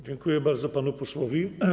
Dziękuję bardzo panu posłowi.